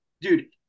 dude